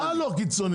מה לא קיצוני?